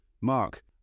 Mark